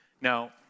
Now